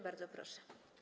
Bardzo proszę.